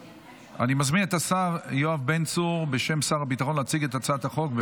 אני מזמין את השר יואב בן צור להציג את הצעת החוק בשם שר הביטחון,